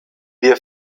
wir